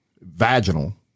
vaginal